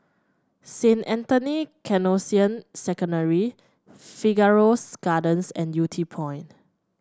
Saint Anthony Canossian Secondary Figaro's Gardens and Yew Tee Point